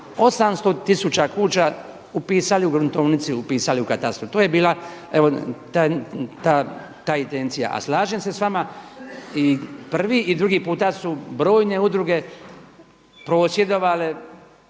800 tisuća kuna upisali u gruntovnici, upisali u katastru. To je bila ta intencija. A slažem se s vama i prvi i drugi puta su brojne udruge prosvjedovale